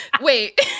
Wait